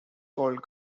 called